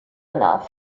enough